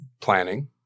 planning